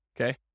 okay